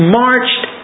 marched